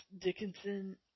Dickinson